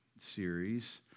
series